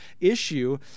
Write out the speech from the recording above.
issue